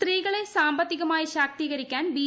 സ്ത്രീകളെ ് സാമ്പത്തികമായി ശാക്തീകരിക്കാൻ ബി